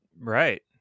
Right